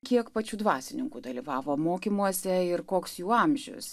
kiek pačių dvasininkų dalyvavo mokymuose ir koks jų amžius